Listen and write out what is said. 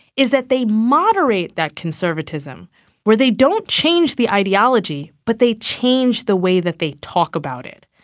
is that they moderate that conservatism where they don't change the ideology but they change the way that they talk about it.